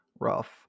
rough